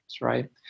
right